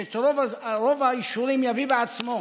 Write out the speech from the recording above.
שאת רוב האישורים יביא בעצמו.